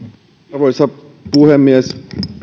arvoisa puhemies